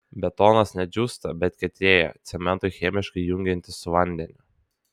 betonas ne džiūsta bet kietėja cementui chemiškai jungiantis su vandeniu